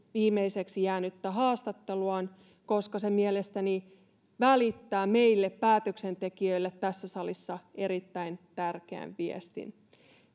viimeiseksi jäänyttä haastatteluaan koska se mielestäni välittää meille päätöksentekijöille tässä salissa erittäin tärkeän viestin